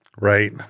right